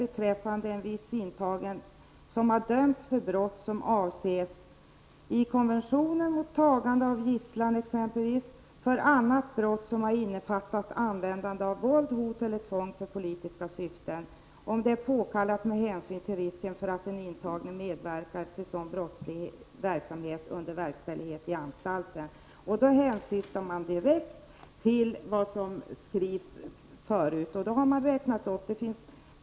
Jag skall också läsa innantill: för annat brott som har innefattat användande av våld, hot eller tvång för politiska syften, om det är påkallat med hänsyn till risken för att den intagne medverkar till sådan brottslig verksamhet under verkställigheten i anstalt.” Man syftar då direkt på vad som har skrivits tidigare.